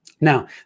Now